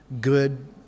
good